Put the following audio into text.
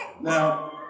Now